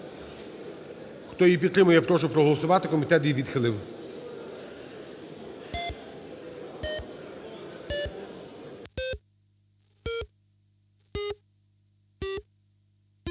Хто її підтримує, я прошу проголосувати. Комітет її відхилив.